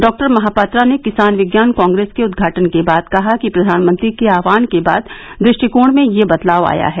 doctor Mahapatra ने किसान विज्ञान कांग्रेस के उदघाटन के बाद कहा कि प्रधानमंत्री के आह्वान के बाद दृष्टिकोण में यह बदलाव आया है